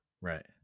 Right